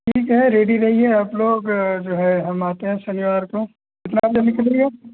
ठीक है रेडी रहिए आपलोग जो है हम आते हैं शनिवार को कितने बजे निकलिएगा